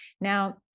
Now